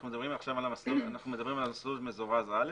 אנחנו מדברים על מסלול מזורז א',